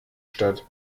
statt